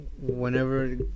whenever